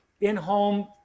in-home